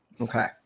okay